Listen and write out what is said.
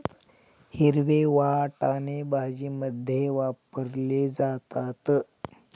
हिरवे वाटाणे भाजीमध्ये वापरले जातात